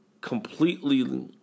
completely